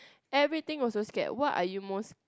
everything also scared what are you most